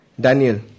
Daniel